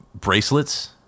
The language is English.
Bracelets